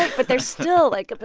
but they're still like, but,